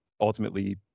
ultimately